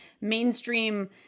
mainstream